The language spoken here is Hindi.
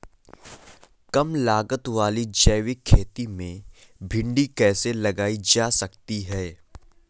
कम लागत वाली जैविक खेती में भिंडी कैसे लगाई जा सकती है?